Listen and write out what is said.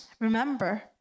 remember